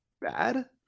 bad